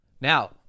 now